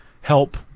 help